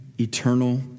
eternal